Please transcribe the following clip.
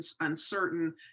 uncertain